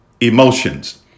emotions